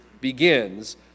begins